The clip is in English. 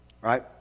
right